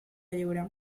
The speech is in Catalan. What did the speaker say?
lliure